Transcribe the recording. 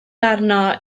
arno